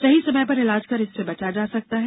सही समय पर इलाज कर इससे बचा जा सकता है